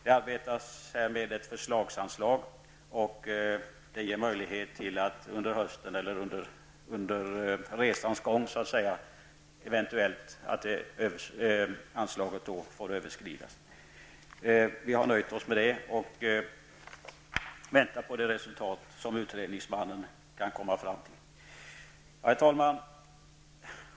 Det arbetas med ett försöksanslag, och det blir eventuellt möjligt att anslaget under hösten -- så att säga under resans gång -- får överskridas. Vi har nöjt oss med detta och väntar på det resultat som utredningsmannen kan komma fram till. Herr talman!